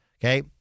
Okay